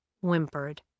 whimpered